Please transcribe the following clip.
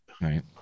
Right